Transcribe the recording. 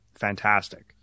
fantastic